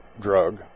drug